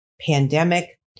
pandemic